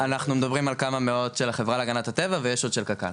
אנחנו מדברים על כמה מאות של החברה להגנת הטבע ויש עוד של קק"ל,